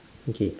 okay